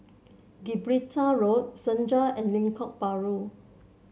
Gibraltar Road Senja and Lengkok Bahru